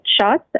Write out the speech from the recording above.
shots